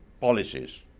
policies